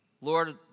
Lord